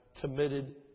committed